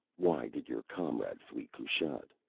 why did your comrade flee kushat?